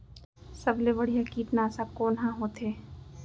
सबले बढ़िया कीटनाशक कोन ह होथे?